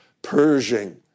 Pershing